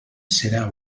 serà